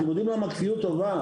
אתם יודעים למה כפיות טובה?